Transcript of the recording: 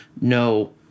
no